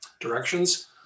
directions